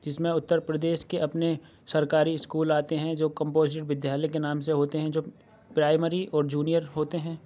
جس میں اتر پردیش کے اپنے سرکاری اسکول آتے ہیں جو کمپوزٹ ودیالیہ کے نام سے ہوتے ہیں جو پرائمری اور جونیئر ہوتے ہیں